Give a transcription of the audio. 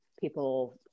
people